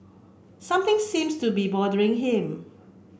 something seems to be bothering him